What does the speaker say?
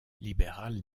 libéral